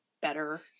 better